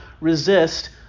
resist